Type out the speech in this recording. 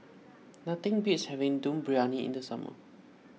nothing beats having Dum Briyani in the summer